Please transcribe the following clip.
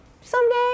someday